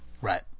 Right